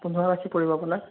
পোন্ধৰ লাখেই পৰিব আপোনাৰ